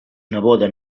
neboda